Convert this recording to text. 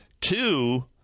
Two